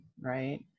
right